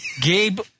Gabe